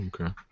Okay